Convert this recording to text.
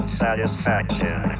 satisfaction